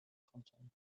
content